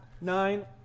nine